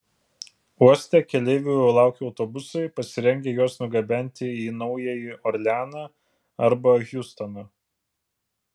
uoste keleivių jau laukia autobusai pasirengę juos nugabenti į naująjį orleaną arba hjustoną